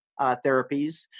therapies